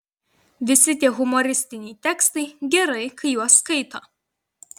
visi tie humoristiniai tekstai gerai kai juos skaito